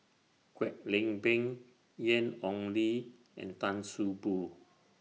Kwek Leng Beng Ian Ong Li and Tan See Boo